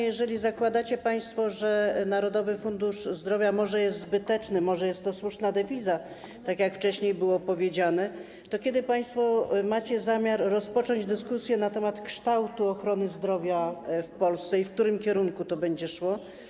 Jeżeli zakładacie państwo, że Narodowy Fundusz Zdrowia jest zbyteczny - być może jest to słuszne, tak jak wcześniej było powiedziane - to kiedy macie państwo zamiar rozpocząć dyskusję na temat kształtu ochrony zdrowia w Polsce i w którym kierunku to będzie szło?